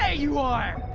ah you are,